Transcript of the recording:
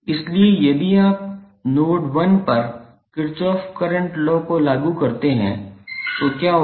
इसलिए यदि आप नोड 1 पर किरचॉफ करेंट लॉ को लागू करते हैं तो क्या होगा